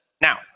Now